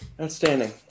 Outstanding